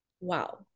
wow